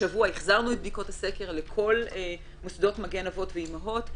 השבוע החזרנו את בדיקות הסקר לכל מוסדות מגן אבות ואימהות.